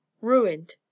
Ruined